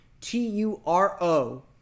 T-U-R-O